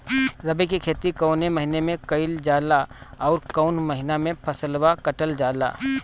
रबी की खेती कौने महिने में कइल जाला अउर कौन् महीना में फसलवा कटल जाला?